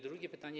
Drugie pytanie.